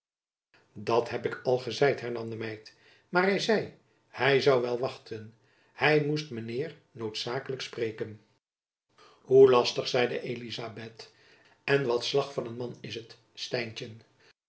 dat heb ik al gezeid hernam de meid maar hy zei hy zoû wel wachten hy moest men heir noodzakelijk spreiken hoe lastig zeide elizabeth en wat slach van een man is het